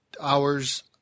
hours